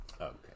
Okay